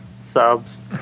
subs